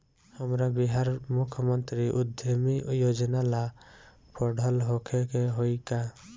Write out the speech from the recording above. हमरा बिहार मुख्यमंत्री उद्यमी योजना ला पढ़ल होखे के होई का?